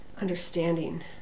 understanding